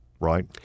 right